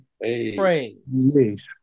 praise